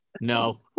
no